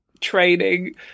training